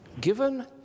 Given